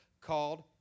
called